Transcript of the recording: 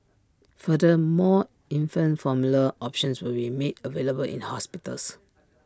further more infant formula options will be made available in hospitals